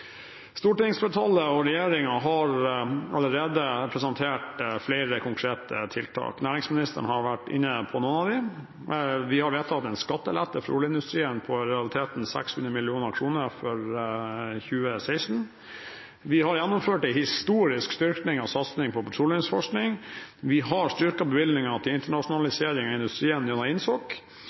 Stortingsflertallet og regjeringen har allerede presentert flere konkrete tiltak. Næringsministeren har vært inne på noen av dem. Vi har vedtatt en skattelette for oljeindustrien på i realiteten 600 mill. kr for 2016. Vi har gjennomført en historisk styrking og satsing på petroleumsforskning. Vi har styrket bevilgningene til internasjonalisering av industrien gjennom